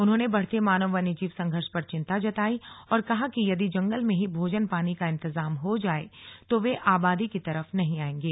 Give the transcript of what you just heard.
उन्होंने बढ़ते मानव वन्यजीव संघर्ष पर चिंता जतायी और कहा कि यदि जंगल में ही भोजन पानी का इंतजाम हो जाए तो वे आबादी की तरफ नहीं आएंगे